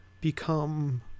become